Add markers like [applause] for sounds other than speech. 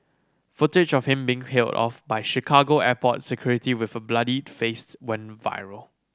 footage of him being [unintelligible] off by Chicago airport security with a bloodied face went viral